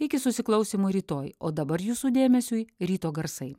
iki susiklausymo rytoj o dabar jūsų dėmesiui ryto garsai